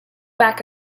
back